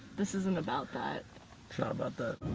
this isn't about that. it's not about that.